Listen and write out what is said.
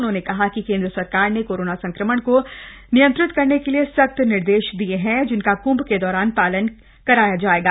उन्होंने कहा कि केंद्र सरकार ने कोरोना संक्रमण को नियंत्रित करने के लिए सख्त निर्देश दिए हैं जिनका कृंभ के दौरान पालन कराया जाएगा